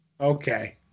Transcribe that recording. Okay